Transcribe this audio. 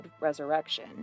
resurrection